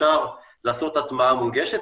אפשר לעשות הטמעה מונגשת,